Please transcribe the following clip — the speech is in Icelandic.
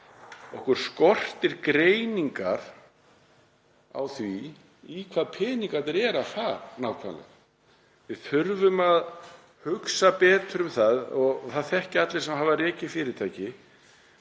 eru greiningar á því í hvað peningarnir eru að fara nákvæmlega. Við þurfum að hugsa betur um það. Það þekkja allir sem hafa rekið fyrirtæki